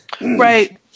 right